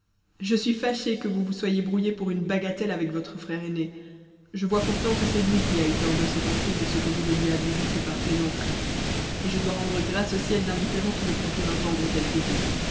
je suis fâché que vous vous soyez brouillé pour une bagatelle avec votre frère aîné je vois pourtant que c'est lui qui a eu tort de s'offenser de ce que vous ne lui avez dit que par plaisanterie et je dois rendre grâces au ciel d'un différend qui me procure un gendre tel que vous